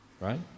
right